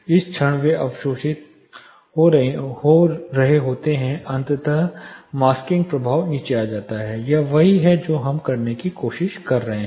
जिस क्षण वे अवशोषित हो रहे होते हैं अंततः मास्किंग प्रभाव नीचे आ जाता है यह वही है जो हम करने की कोशिश कर रहे हैं